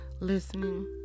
listening